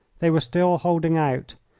they were still holding out,